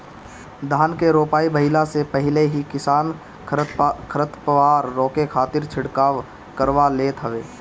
धान के रोपाई भइला से पहिले ही किसान खरपतवार रोके खातिर छिड़काव करवा लेत हवे